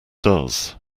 does